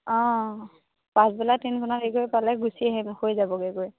অঁ পাছবেলা ট্ৰেইনখনত হেৰি কৰিব পালে গুচি আহিলে হৈ যাবগৈ